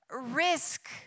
risk